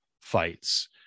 fights